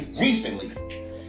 recently